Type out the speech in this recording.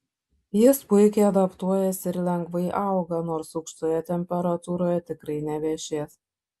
jis puikiai adaptuojasi ir lengvai auga nors aukštoje temperatūroje tikrai nevešės